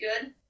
good